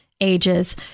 ages